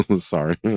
sorry